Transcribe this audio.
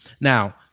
Now